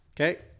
Okay